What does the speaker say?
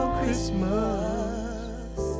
Christmas